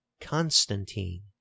Constantine